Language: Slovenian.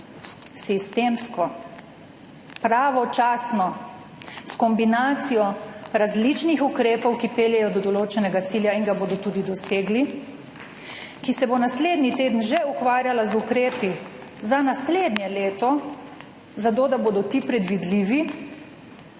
sistemsko, pravočasno, s kombinacijo različnih ukrepov, ki peljejo do določenega cilja in ga bodo tudi dosegli, ki se bo naslednji teden že ukvarjala z ukrepi za naslednje leto, zato da bodo ti predvidljivi